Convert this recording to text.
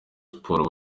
sports